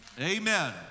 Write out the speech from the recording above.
Amen